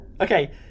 okay